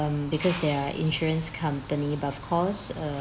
um because there are insurance company but of course err